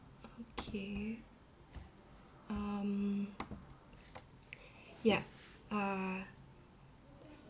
okay um yeah uh